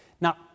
Now